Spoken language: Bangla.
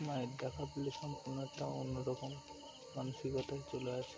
মায়ের দেখা পলে সম্পূর্ণ একটা অন্য রকম মানসিকতায় চলে আসে